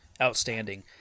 outstanding